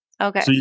Okay